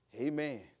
Amen